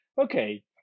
Okay